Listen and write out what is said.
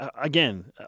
Again